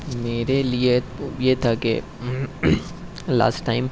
میرے لیے یہ تھا کہ لاسٹ ٹائم